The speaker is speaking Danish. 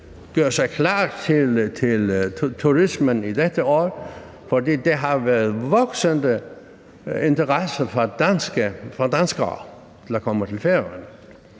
gøre sig klar til turismen i dette år, fordi der har været en voksende interesse fra danskere for at komme til Færøerne,